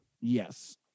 Yes